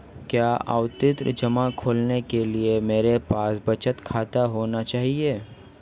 क्या आवर्ती जमा खोलने के लिए मेरे पास बचत खाता होना चाहिए?